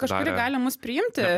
kažkuri gali mus priimti